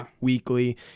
weekly